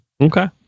Okay